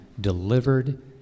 delivered